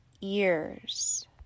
ears